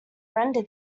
render